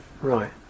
right